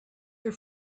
your